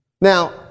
Now